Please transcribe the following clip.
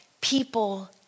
people